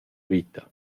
vita